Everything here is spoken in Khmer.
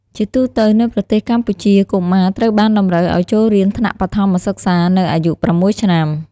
ជាទូទៅ នៅប្រទេសកម្ពុជាកុមារត្រូវបានតម្រូវឲ្យចូលរៀនថ្នាក់បឋមសិក្សានៅអាយុ ៦ឆ្នាំ។